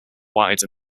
wide